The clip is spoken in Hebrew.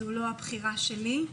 זו לא הבחירה שלי,